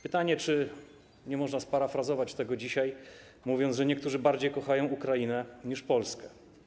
Pytanie, czy nie można sparafrazować tego dzisiaj, mówiąc, że niektórzy bardziej kochają Ukrainę niż Polskę.